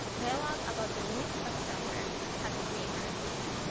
dialogue about the limits of satire has re-emerged again.